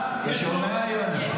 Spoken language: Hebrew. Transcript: יוני,